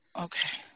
Okay